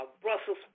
Brussels